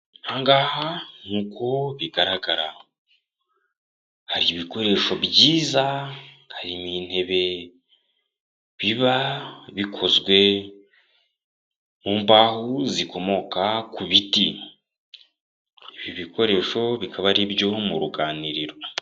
Aha ngaha nk'uko bigaragara hari ibikoresho byiza, harimo intebe biba bikozwe mu mbaho zikomoka ku biti, ibi bikoresho bikaba ari ibyo mu ruganiriro.